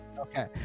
okay